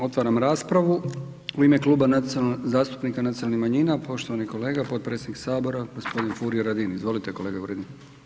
Otvaram raspravu u ime Kluba zastupnika nacionalnih manjina poštovani kolega, potpredsjednik HS g. Furio Radin, izvolite kolega Radin.